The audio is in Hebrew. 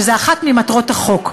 שזאת אחת ממטרות החוק.